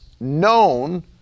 known